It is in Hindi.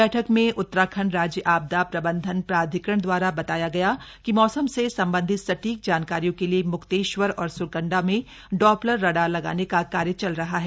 बैठक में उत्तराखंड राज्य आपदा प्रबंधन प्राधिकरण द्वारा बताया गया कि मौसम से संबंधित सटीक जानकारियों के लिए म्क्तेश्वर और स्रकंडा में डॉप्लर रडार लगाने का कार्य चल रहा है